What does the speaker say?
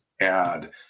add